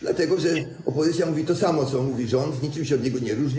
Dlatego że opozycja mówi to samo, co mówi rząd, niczym się od niego nie różni.